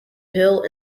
hill